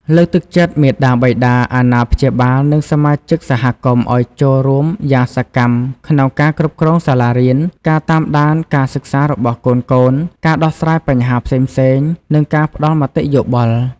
លើកទឹកចិត្តមាតាបិតា អាណាព្យាបាល និងសមាជិកសហគមន៍ឱ្យចូលរួមយ៉ាងសកម្មក្នុងការគ្រប់គ្រងសាលារៀន ការតាមដានការសិក្សារបស់កូនៗ ការដោះស្រាយបញ្ហាផ្សេងៗ និងការផ្តល់មតិយោបល់។